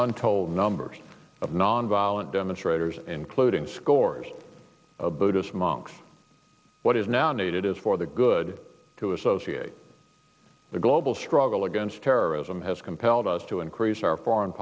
untold numbers of nonviolent demonstrators including scores of buddhist monks what is now needed is for the good to associate the global struggle against terrorism has compelled us to increase our foreign